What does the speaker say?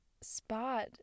spot